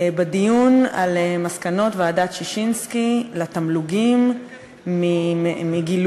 בדיון על מסקנות ועדת ששינסקי לבחינת תמלוגי הגז,